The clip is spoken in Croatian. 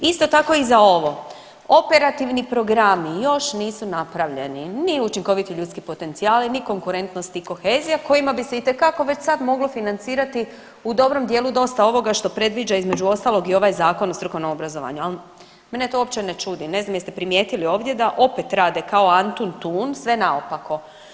Isto tako i za ovo operativni programi još nisu napravljeni, ni učinkoviti ljudski potencijali, ni konkurentnost ni kohezija kojima bi se itekako već sad moglo financirati u dobrom dijelu dosta ovoga što predviđa između ostalog i ovaj Zakon o strukovnom obrazovanju, al mene to uopće ne čudi, ne znam jeste primijetili ovdje da opet rade kao Antuntun sve naopako.